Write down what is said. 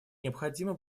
необходима